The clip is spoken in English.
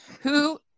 who-